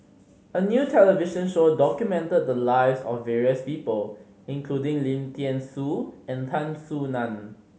a new television show documented the lives of various people including Lim Thean Soo and Tan Soo Nan